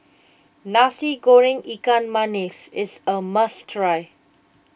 Nasi Goreng Ikan Masin is a must try